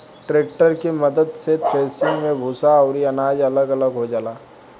tractor के मद्दत से थ्रेसिंग मे भूसा अउरी अनाज अलग अलग हो जाला